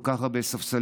כל כך הרבה ספסלים?